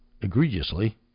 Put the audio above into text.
egregiously